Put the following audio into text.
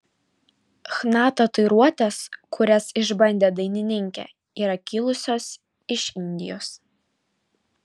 chna tatuiruotės kurias išbandė dainininkė yra kilusios iš indijos